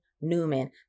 Newman